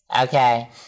Okay